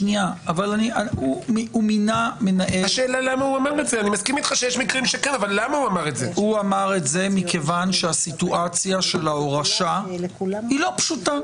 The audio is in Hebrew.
הוא אמר את זה מכיוון שהסיטואציה של ההורשה היא לא פשוטה.